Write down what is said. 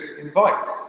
invite